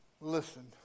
Listen